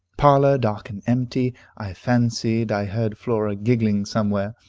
parlor dark and empty. i fancied i heard flora giggling somewhere,